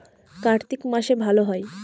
কার্তিক মাসে ভালো হয়?